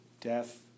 Death